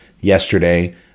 yesterday